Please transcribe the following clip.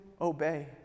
obey